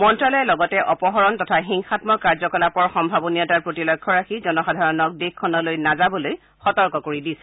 মন্ত্যালয়ে লগতে অপহৰণ তথা হিংসাম্মক কাৰ্যকলাপৰ সম্ভাবনীয়তাৰ প্ৰতি লক্ষ্য ৰাখি জনসাধাৰণক দেশখনলৈ নাযাবলৈ সতৰ্ক কৰি দিছে